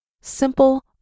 Simple